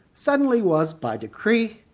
suddenly was by decree,